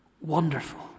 Wonderful